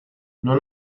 non